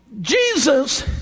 Jesus